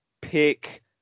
pick